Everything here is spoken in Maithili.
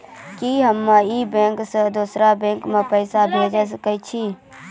कि हम्मे इस बैंक सें दोसर बैंक मे पैसा भेज सकै छी?